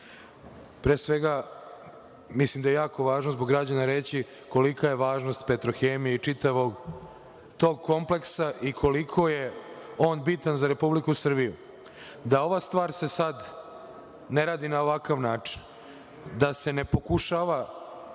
svega, mislim da je jako važno zbog građana reći kolika je važnost „Petrohemije“ i čitavog tog kompleksa i koliko je on bitan za Republiku Srbiju. Da ova stvar se sad ne radi na ovakav način, da se ne pokušava